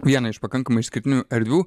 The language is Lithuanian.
vieną iš pakankamai išskirtinių erdvių